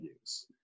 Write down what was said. use